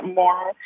more